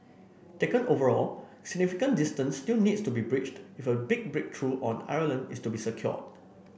taken overall significant distance still needs to be bridged if a big breakthrough on Ireland is to be secured